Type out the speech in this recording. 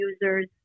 users